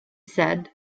said